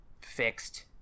fixed